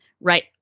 right